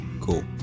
Cool